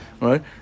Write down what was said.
right